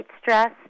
stress